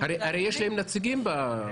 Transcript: הרי יש להם נציגים.